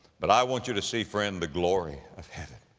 but i want you to see, friend, the glory of heaven.